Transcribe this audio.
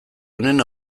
honen